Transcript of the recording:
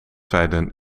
zeiden